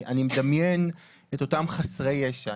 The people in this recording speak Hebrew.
אני מדמיין את אותם חסרי ישע,